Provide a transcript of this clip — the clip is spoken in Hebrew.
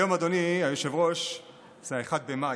היום, אדוני היושב-ראש, זה 1 במאי.